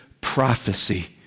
prophecy